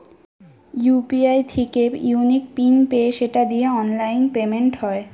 UPI থিকে unique pin পেয়ে সেটা দিয়ে অনলাইন পেমেন্ট হয়